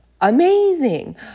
amazing